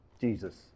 Jesus